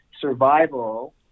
survival